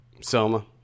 Selma